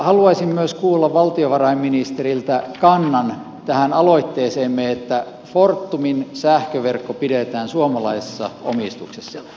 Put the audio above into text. haluaisin myös kuulla valtiovarainministeriltä kannan tähän aloitteeseemme että fortumin sähköverkko pidetään suomalaisessa omistuksessa